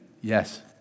yes